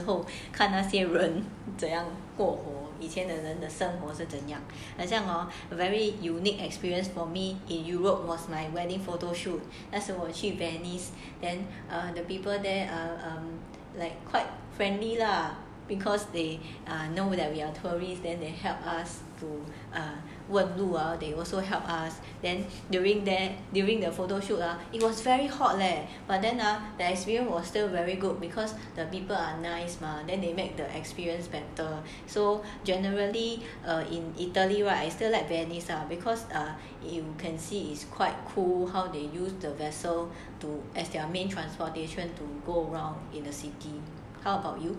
此后看那些人怎样过活以前的人的生活是怎样好像 hor very unique experience for me in europe was my wedding photoshoot 是我去 venice then the people there are like quite friendly lah because they know that we are tourists then they help us to 问路 or they also help us then during that during the photoshoot lah it was very hot leh but then are the experience was still very good because the people are nice mah then they mark the experience better so generally are in italy right I still like venice because err you can see it's quite cool how they use the vessel to as their main transportation to go around in the city how about you